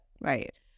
right